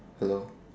hello